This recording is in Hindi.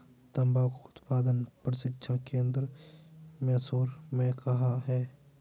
तंबाकू उत्पादन प्रशिक्षण केंद्र मैसूर में कहाँ है?